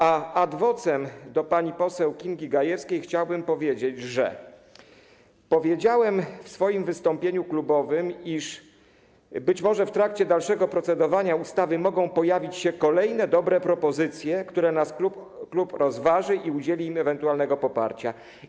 A ad vocem do pani poseł Kingi Gajewskiej chciałbym powiedzieć, że stwierdziłem w swoim wystąpieniu klubowym, iż być może w trakcie dalszego procedowania ustawy mogą pojawić się kolejne dobre propozycje, które nasz klub rozważy i udzieli im ewentualnego poparcia.